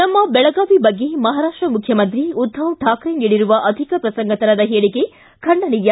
ನಮ್ಮ ಬೆಳಗಾವಿ ಬಗ್ಗೆ ಮಹಾರಾಷ್ಟ ಮುಖ್ಯಮಂತ್ರಿ ಉದ್ದವ್ ಶಾಕ್ರೆ ನೀಡಿರುವ ಅಧಿಕ ಪ್ರಸಂಗತನದ ಹೇಳಿಕೆ ಖಂಡನೀಯ